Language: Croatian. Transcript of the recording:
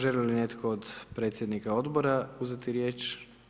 Želi li netko od predsjednika odbora uzeti riječ?